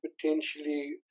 potentially